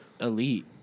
elite